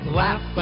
laugh